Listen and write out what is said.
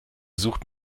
sucht